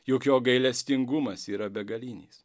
juk jo gailestingumas yra begalinis